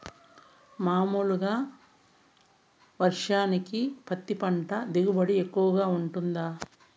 మామూలుగా వర్షానికి పత్తి పంట దిగుబడి ఎక్కువగా గా వుంటుందా?